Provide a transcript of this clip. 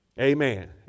Amen